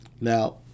Now